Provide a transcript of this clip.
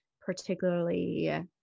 particularly